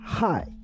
Hi